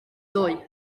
ddoe